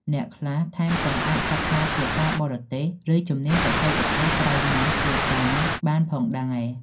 អ្នកខ្លះថែមទាំងអាចសិក្សាភាសាបរទេស ឬជំនាញបច្ចេកទេសក្រៅម៉ោងធ្វើការបានផងដែរ។